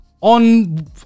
on